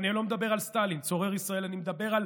ואני לא מדבר על סטלין צורר ישראל, אני מדבר על